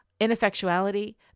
ineffectuality